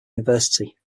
university